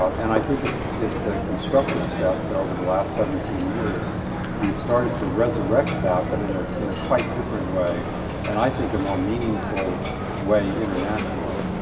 and i think it's it's a constructive step that over the last seventeen years we've started to resurrect that but in a in a quite different way and, i think, a more meaningful way internationally.